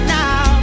now